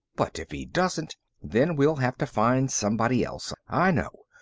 but if he doesn't then we'll have to find somebody else. i know.